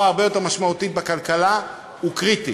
הרבה יותר משמעותית בכלכלה הוא קריטי.